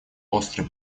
острые